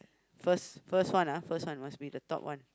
first first one ah first one must be the top one